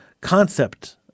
concept